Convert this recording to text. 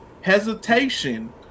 hesitation